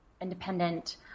independent